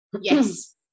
Yes